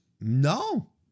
no